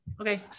Okay